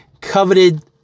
coveted